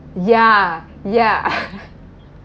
ya ya